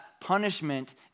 punishment